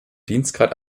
dienstgrad